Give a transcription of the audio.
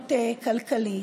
אלימות כלכלית.